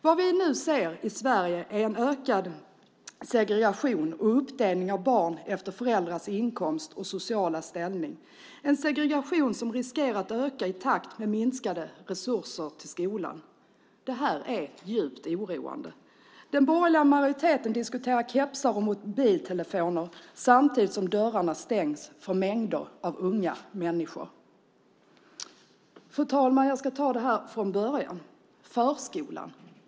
Vad vi nu ser i Sverige är en ökad segregation och en uppdelning av barn efter föräldrars inkomst och sociala ställning. Det är en segregation som riskerar att öka i takt med minskade resurser till skolan. Det här är djupt oroande. Den borgerliga majoriteten diskuterar kepsar och mobiltelefoner samtidigt som dörrarna stängs för mängder av unga människor. Fru talman! Jag ska ta det här från början: Förskolan.